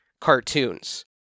cartoons